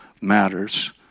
matters